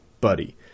buddy